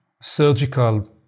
surgical